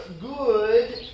good